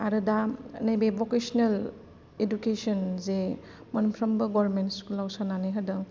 आरो दा नैबे भकेसिनेल इडुकेसन जे मोनफ्रोमबो गभर्नमेन्ट स्कुलआवहाय सोनानै होदों